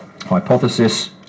hypothesis